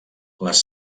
les